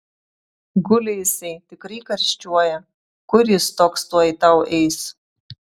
guli jisai tikrai karščiuoja kur jis toks tuoj tau eis